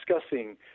discussing